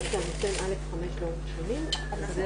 11:11.